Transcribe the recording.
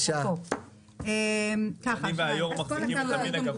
אני והיושב-ראש מחזיקים את המין הגברי.